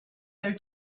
their